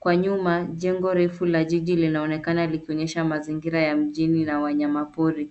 Kwa nyuma, jengo refu la jiji linaonekana likionyesha mazingira ya mjini na wanyamapori.